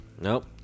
Nope